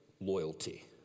loyalty